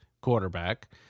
quarterback